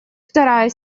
вторая